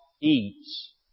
eats